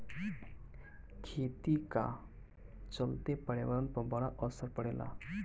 खेती का चलते पर्यावरण पर बड़ा असर पड़ेला